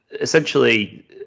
essentially